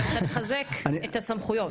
אני רוצה לחזק את הסמכויות.